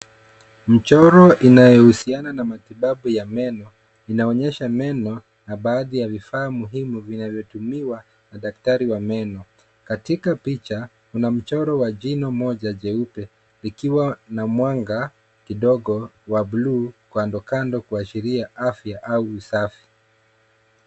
Mchoro inayohusiana na matibabu ya meno inaonyesha meno na baadhi ya vifaa muhimu vinavyotumiwa na daktari wa meno. Katika picha kuna mchoro wa jino moja jeupe likiwa na mwanga kidogo la buluu kando kando kuashiria afya au usafi.